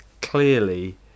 clearly